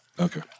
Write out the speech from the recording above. Okay